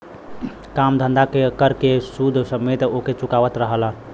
काम धंधा कर के सूद समेत ओके चुकावत रहलन